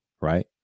right